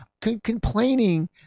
Complaining